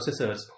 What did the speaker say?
processors